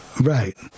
Right